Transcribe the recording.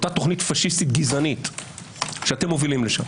אותה תוכנית פשיסטית גזענית שאתם מובילים לשם.